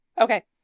okay